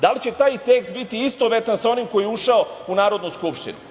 Da li će taj tekst biti istovetan sa onim koji je ušao u Narodnu skupštinu?